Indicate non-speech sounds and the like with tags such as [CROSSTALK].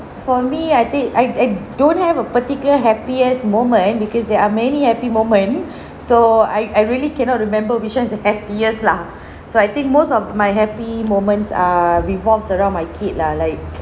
for me I think I I don't have a particular happiest moment because there are many happy moment so I I really cannot remember which one is the happiest lah so I think most of my happy moments are revolves around my kid lah like [NOISE]